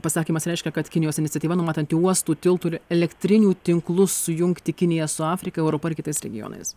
pasakymas reiškia kad kinijos iniciatyva numatanti uostų tiltų ir elektrinių tinklus sujungti kiniją su afrika europa ir kitais regionais